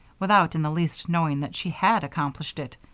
without in the least knowing that she had accomplished it,